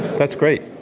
that's great.